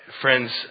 friends